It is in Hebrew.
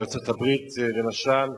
בארצות-הברית, למשל,